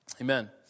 Amen